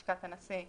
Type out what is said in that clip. לשכת הנשיא וכו',